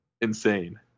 insane